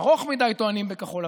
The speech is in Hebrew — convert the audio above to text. ארוך מדי, טוענים בכחול לבן.